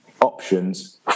options